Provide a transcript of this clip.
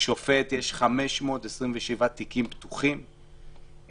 שלשופט יש 527 תיקים פתוחים,